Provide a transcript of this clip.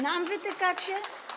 Nam wytykacie?